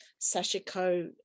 sashiko